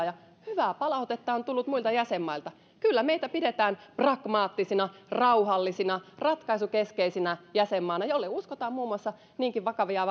ja hyvää palautetta on tullut muilta jäsenmailta kyllä meitä pidetään pragmaattisina ja rauhallisina ratkaisukeskeisenä jäsenmaana jolle uskotaan muun muassa niinkin vakavia